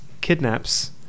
kidnaps